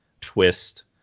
twist